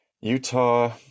Utah